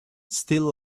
still